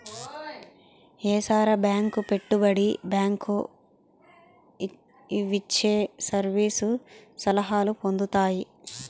ఏసార bank పెట్టుబడి bank ఇవిచ్చే service సలహాలు పొందుతాయి